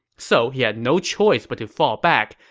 so he had no choice but to fall back,